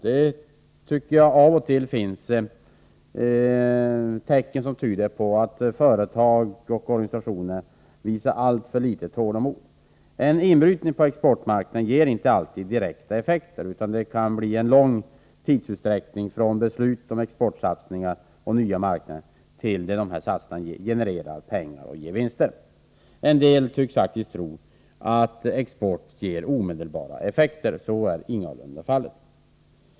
Jag tycker att det av och till finns tecken på att företag och organisationer gör detta i alltför liten utsträckning. En inbrytning på exportmarknader ger inte alltid direkta effekter, utan det kan bli en lång tidsutdräkt från beslut om exportsatsningar på nya marknader till det att dessa satsningar genererar pengar och ger vinster. En del tycks faktiskt tro att export ger omedelbara effekter. Så är ingalunda fallet.